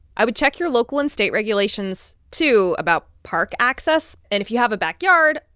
i would check your local and state regulations, too, about park access. and if you have a backyard,